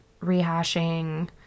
rehashing